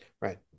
right